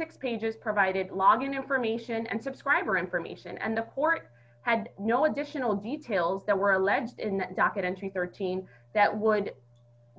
six pages provided logon information and subscriber information and the court had no additional details that were alleged in docket entry thirteen that would